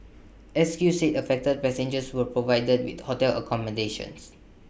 S Q said affected passengers were provided with hotel accommodation